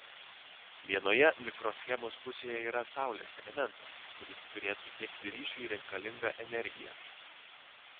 vienoje mikroschemos pusėje yra saulės elementas kuris turėtų tiekti ryšiui reikalingą energiją